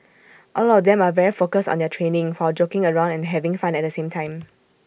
all of them are very focused on their training while joking around and having fun at the same time